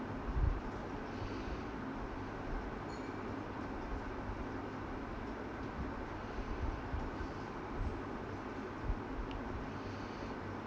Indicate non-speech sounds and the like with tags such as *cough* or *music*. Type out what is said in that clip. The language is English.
*breath*